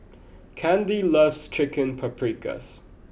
Kandy loves Chicken Paprikas